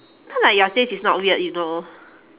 not like your taste is not weird you know